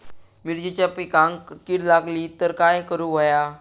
मिरचीच्या पिकांक कीड लागली तर काय करुक होया?